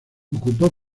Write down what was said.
ocupó